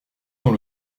dans